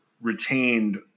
retained